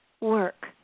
work